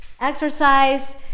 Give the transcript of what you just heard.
exercise